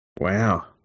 Wow